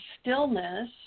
stillness